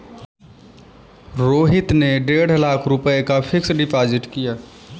रोहित ने डेढ़ लाख रुपए का फ़िक्स्ड डिपॉज़िट किया